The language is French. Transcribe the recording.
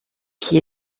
qui